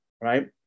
right